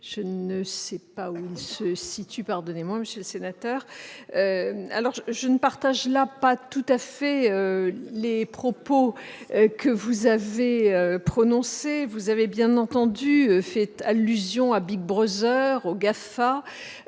je ne partage pas tout à fait les propos que vous avez prononcés. Vous avez bien entendu fait allusion à, aux GAFA,